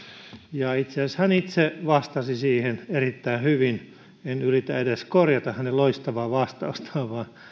ja itse asiassa hän itse vastasi siihen erittäin hyvin en edes yritä korjata hänen loistavaa vastaustaan vaan